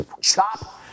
stop